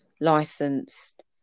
licensed